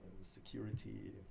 security